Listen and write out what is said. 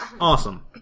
Awesome